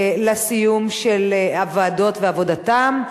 לסיום של הוועדות ועבודתן.